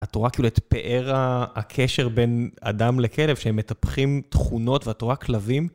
את רואה כאילו את פאר הקשר בין אדם לכלב, שהם מטפחים תכונות, ואת רואה כלבים.